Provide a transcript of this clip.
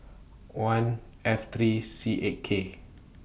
one F three C eight K